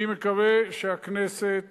אני מקווה שהכנסת